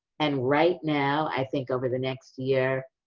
and right now, i think over the next year,